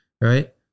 right